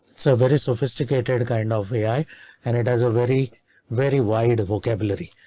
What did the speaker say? so very sophisticated, kind of ai. and it has a very very wide vocabulary.